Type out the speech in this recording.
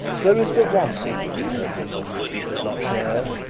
there is but one secret in her bosom which he has not shared.